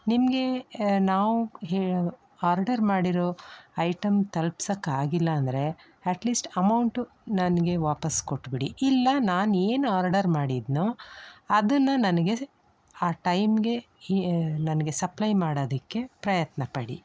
ನಿಮಗೆ ನಾವು ಆರ್ಡರ್ ಮಾಡಿರೋ ಐಟಮ್ ತಲ್ಪ್ಸಕ್ಕೆ ಆಗಿಲ್ಲ ಅಂದರೆ ಎಟ್ ಲೀಸ್ಟ್ ಅಮೌಂಟು ನನಗೆ ವಾಪಸ್ ಕೊಟ್ಟುಬಿಡಿ ಇಲ್ಲ ನಾನು ಏನು ಆರ್ಡರ್ ಮಾಡಿದ್ದೆನೋ ಅದನ್ನು ನನಗೆ ಆ ಟೈಮ್ಗೆ ಈ ನನಗೆ ಸಪ್ಲೈ ಮಾಡೋದಕ್ಕೆ ಪ್ರಯತ್ನಪಡಿ